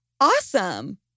Awesome